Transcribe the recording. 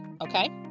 okay